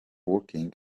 working